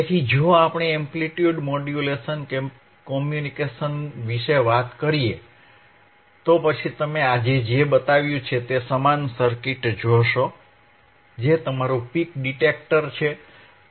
તેથી જો આપણે એમ્પ્લિટ્યુડ મોડ્યુલેશન કમ્યુનિકેશન વિશે વાત કરીએ તો પછી તમે આજે જે બતાવ્યું છે તે સમાન સર્કિટ જોશો જે તમારું પીક ડિટેક્ટર છે